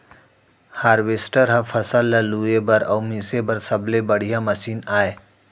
harvester ह फसल ल लूए बर अउ मिसे बर सबले बड़िहा मसीन आय